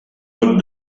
god